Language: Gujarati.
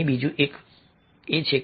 અહીં બીજું એક છે